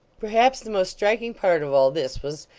perhaps the most striking part of all this was,